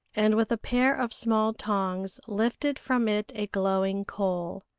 and with a pair of small tongs lifted from it a glowing coal.